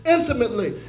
Intimately